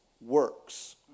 works